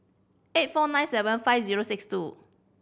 eight four nine seven five zero six two